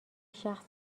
شخص